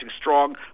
strong